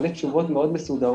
אבל יש תשובות מאוד מסודרות.